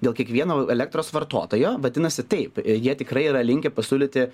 dėl kiekvieno elektros vartotojo vadinasi taip jie tikrai yra linkę pasiūlyti